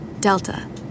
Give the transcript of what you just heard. Delta